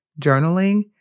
journaling